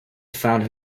found